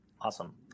awesome